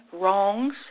wrongs